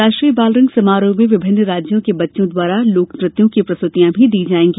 राष्ट्रीय बालरंग समारोह में विभिन्न राज्यों के बच्चों द्वारा लोक नृत्यों की प्रस्तुतियाँ दी जायेंगी